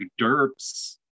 derps